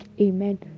Amen